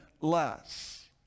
less